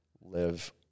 live